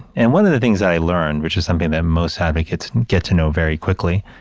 and one of the things i learned, which is something that most advocates get to know very quickly,